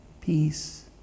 Peace